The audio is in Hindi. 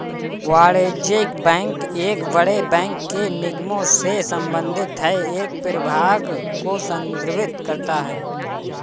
वाणिज्यिक बैंक एक बड़े बैंक के निगमों से संबंधित है एक प्रभाग को संदर्भित करता है